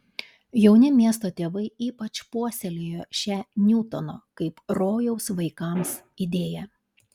jauni miesto tėvai ypač puoselėjo šią niutono kaip rojaus vaikams idėją